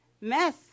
mess